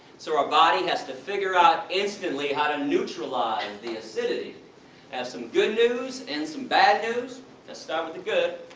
so our body has to figure out instantly how to neutralize the acidity. i have some good news and some bad news. let's start with the good.